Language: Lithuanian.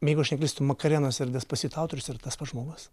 jeigu aš neklystu makarenos ir des pasito autorius yra tas pats žmogus